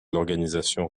l’organisation